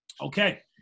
Okay